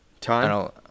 time